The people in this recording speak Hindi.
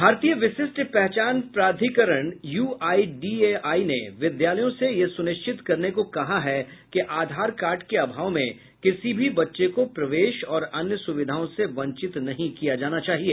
भारतीय विशिष्ट पहचान प्राधिकरण U I D A I ने विद्यालयों से यह सुनिश्चित करने को कहा है कि आधार कार्ड के अभाव में किसी भी बच्चे को प्रवेश और अन्य सुविधाओं से वंचित नहीं किया जाना चाहिए